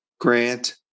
Grant